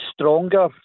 stronger